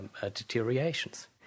deteriorations